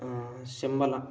Shambhala